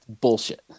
Bullshit